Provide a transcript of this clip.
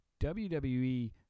WWE